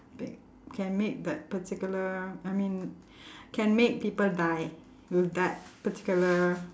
can make that particular I mean can make people die with that particular